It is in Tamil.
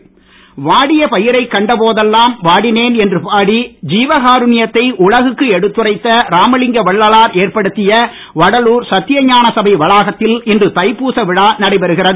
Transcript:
வடலூர் வாடிய பயிரை கண்ட போதெல்லாம் வாடினேன் என்று பாடி ஜீவகாருன்யத்தை உலகுக்கு எடுத்துரைத்த ராமலிங்க வள்ளலார் ஏற்படுத்திய வடலூர் சத்திய ஞான சபை வளாகத்தில் இன்று தைப்பூச விழா நடைபெறுகிறது